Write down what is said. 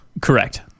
Correct